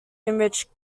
enriched